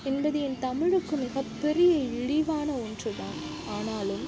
என்பது என் தமிழுக்கு மிகப்பெரிய இழிவான ஒன்றுதான் ஆனாலும்